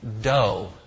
dough